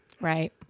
Right